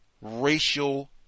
racial